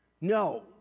No